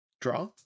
Draw